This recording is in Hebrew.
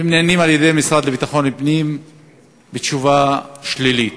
נענים על-ידי המשרד לביטחון פנים בתשובה שלילית.